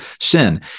sin